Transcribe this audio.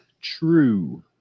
true